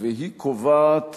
והיא קובעת